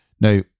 Now